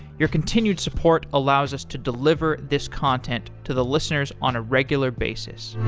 your continued support allows us to deliver this content to the listeners on a regular basis